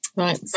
Right